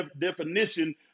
definition